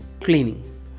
cleaning